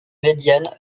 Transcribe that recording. médiane